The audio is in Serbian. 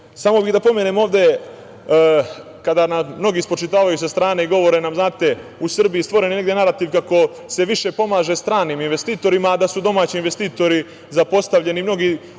bih da pomenem ovde, kada nam mnogi spočitavaju sa strane i govore nam – u Srbiji je stvoren narativ kako se više pomaže stranim investitorima, a da su domaći investitori zapostavljeni mnogi,